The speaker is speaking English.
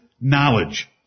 knowledge